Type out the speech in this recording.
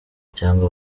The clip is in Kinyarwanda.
cyangwa